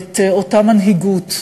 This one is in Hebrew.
את אותה מנהיגות,